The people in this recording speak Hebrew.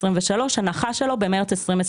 הנחה שלו במרץ 2023,